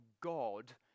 God